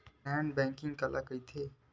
Non banking काला कइथे?